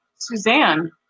Suzanne